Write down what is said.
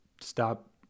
stop